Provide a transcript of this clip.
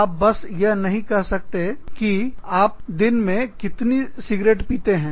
आप बस यह नहीं कह सकते सकते हैं कि आप दिन में कितनी सिगरेट पीते हैं